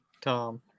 Tom